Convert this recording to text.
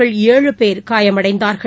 கள் ஏழு பேர் காயமடைந்தார்கள்